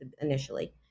initially